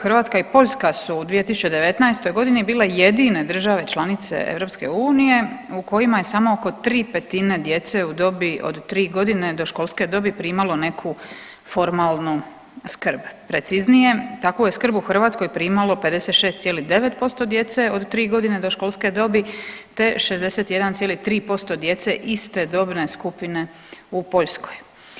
Hrvatska i Poljska su u 2019.g. bile jedine države članice EU u kojima je samo oko 3/5 djece u dobi od 3.g. do školske dobi primalo neku formalnu skrb, preciznije takvu je skrb u Hrvatskoj primalo 56,9% djece od 3.g. do školske dobi, te 61,3% djece iste dobne skupine u Poljskoj.